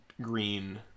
Green